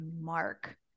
Mark